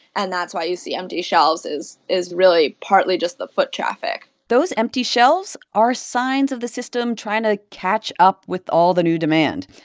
and that's why you see empty shelves is is really partly just the foot traffic those empty shelves are signs of the system trying to catch up with all the new demand.